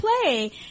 play